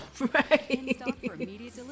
Right